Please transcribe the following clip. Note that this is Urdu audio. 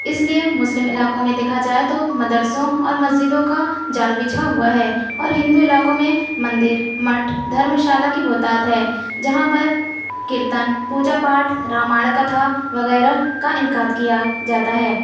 اس لئے مسلم علاقوں میں دیکھا جائے تو مدرسوں اور مسجدوں کا جال بچھا ہوا ہے اور ہندو علاقوں میں مندر مٹھ دھرم شالہ کی بہتات ہے جہاں پر کیرتن پوجا پاٹ رامایڑ کتھا وغیرہ کا انقاد کیا جاتا ہے